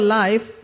life